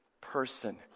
person